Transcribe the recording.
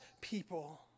people